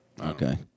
Okay